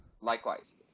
Likewise